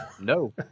no